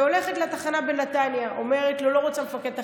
הייתי הולכת לתחנה בנתניה ואומרת לו: לא רוצה מפקד תחנה,